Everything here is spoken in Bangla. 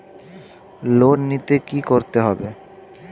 লোন নিতে কী করতে হবে?